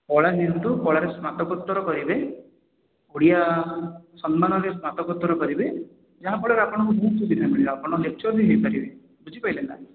କଳା ନିଅନ୍ତୁ କଳାରେ ସ୍ନାତକୋତ୍ତର କରିବେ ଓଡ଼ିଆ ସମ୍ମାନରେ ସ୍ନାତକୋତ୍ତର କରିବେ ଯାହା ଫଳରେ ଆପଣଙ୍କର ବହୁତ ସୁବିଧା ମିଳିବ ଆପଣ ଲେକ୍ଚର ବି ହେଇପାରିବେ ବୁଝିପାରିଲେ ନା